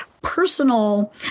personal